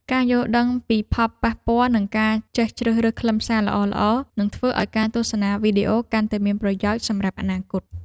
ការយល់ដឹងពីផលប៉ះពាល់និងការចេះជ្រើសរើសខ្លឹមសារល្អៗនឹងធ្វើឱ្យការទស្សនាវីដេអូកាន់តែមានប្រយោជន៍សម្រាប់អនាគត។